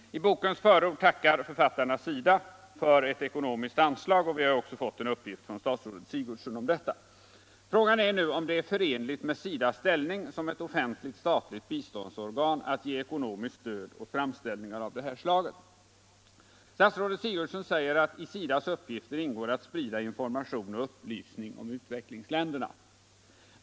| I bokens förord tackar författarna SIDA för et ekonomiskt: anslag, och vi har också fått en uppgift från statsrådet Sigurdsen om detta stöd. Frågan är nu om det är förenligt med SIDA:s ställning som ett offentligt statligt biståndsorgan att ge ekonomiskt stöd åt framställningar av det här slaget. Statsrådet Sigurdsen säger att i SIDA:s uppgifter ingår att sprida information och upplysning om utvecklingsländerna.